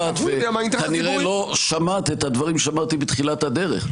כנראה לא שמעת את הדברים שאמרתי בתחילת הדרך.